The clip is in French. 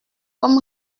comme